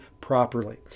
properly